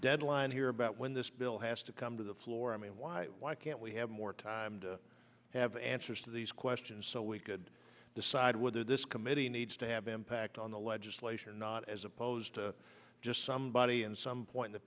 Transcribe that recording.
deadline here about when this bill has to come to the floor i mean why why can't we have more time to have answers to these questions so we could decide whether this committee needs to have an impact on the legislation or not as opposed to just somebody in some point